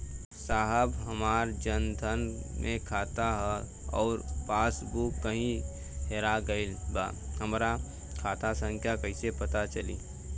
साहब हमार जन धन मे खाता ह अउर पास बुक कहीं हेरा गईल बा हमार खाता संख्या कईसे पता चली?